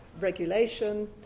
regulation